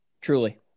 Truly